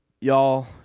y'all